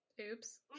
oops